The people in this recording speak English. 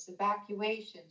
evacuations